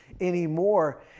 anymore